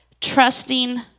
trusting